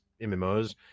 MMOs